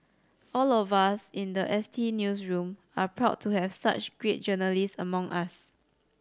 all of us in the S T newsroom are proud to have such great journalists among us